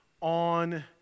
on